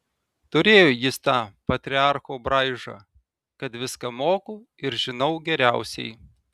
turėjo jis tą patriarcho braižą kad viską moku ir žinau geriausiai